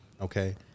Okay